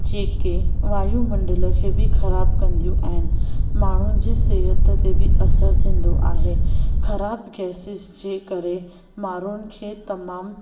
जेके वायुमण्डल खे बि ख़राबु कंदियूं आहिनि माण्हुनि जी सिहत ते बि असरु थींदो आहे खराब़ गैसेस जे करे माण्हुनि खे तमामु